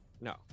No